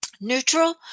Neutral